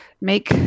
make